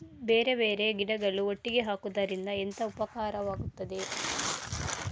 ಬೇರೆ ಬೇರೆ ಗಿಡಗಳು ಒಟ್ಟಿಗೆ ಹಾಕುದರಿಂದ ಎಂತ ಉಪಕಾರವಾಗುತ್ತದೆ?